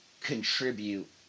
contribute